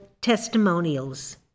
Testimonials